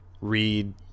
read